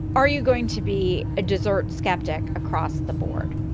are you going to be a desert skeptic across the board?